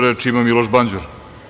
Reč ima Miloš Banđur.